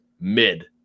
mid